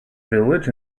village